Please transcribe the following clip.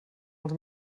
els